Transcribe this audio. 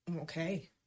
Okay